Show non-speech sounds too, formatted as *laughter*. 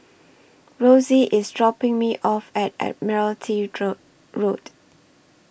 Rosie IS dropping Me off At Admiralty *unintelligible* Road